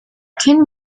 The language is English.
can